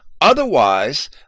otherwise